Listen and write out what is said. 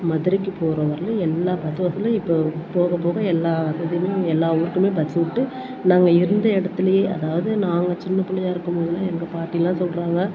மதுரைக்கு போகிற வரையிலும் எல்லா பஸ்ஸு இப்போது போக போக எல்லா வசதியுமே எல்லா ஊருக்குமே பஸ்ஸு விட்டு நாங்கள் இருந்த இடத்துலையே அதாவது நாங்கள் சின்ன பிள்ளையாக இருக்கும் போதுலாம் எங்கள் பாட்டிலாம் சொல்கிறாங்க